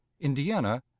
Indiana